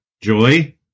joy